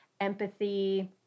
empathy